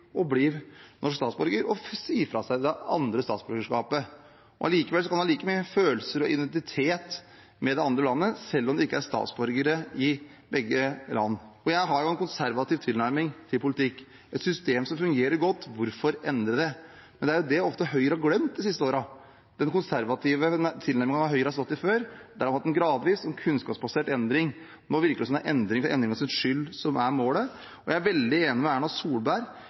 norsk statsborger og si fra seg det andre statsborgerskapet. Man kan ha like mye følelser og identitet knyttet til det andre landet selv om man ikke er statsborger i begge land. Jeg har jo en konservativ tilnærming til politikk. Hvorfor endre et system som fungerer godt? Det er det Høyre ofte har glemt de siste årene – den konservative tilnærmingen Høyre har stått for før, der man har hatt en gradvis og kunnskapsbasert endring. Nå virker det som om det er endringen for endringens skyld som er målet. Jeg er veldig enig med Erna Solberg